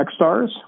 Techstars